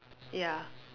ya